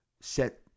set